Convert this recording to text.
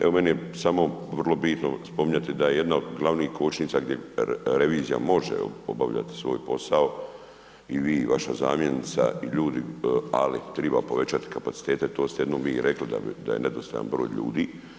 Evo meni je samo vrlo bitno spominjati da je jedna od glavnih kočnica gdje revizija može obavljati svoj posao i vi i vaša zamjenica i ljudi ali treba povećati kapacitete, to ste jednom vi rekli da je nedostajan broj ljudi.